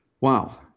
Wow